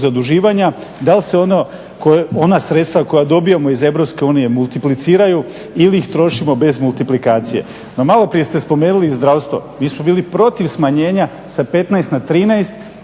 zaduživanja, dal se ono, ona sredstva koja dobivamo iz Europske unije multipliciraju ili ih trošimo bez multiplikacije. No, maloprije ste spomenuli i zdravstvo, mi smo bili protiv smanjenja sa 15 na 13